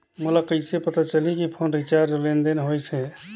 मोला कइसे पता चलही की फोन रिचार्ज और लेनदेन होइस हे?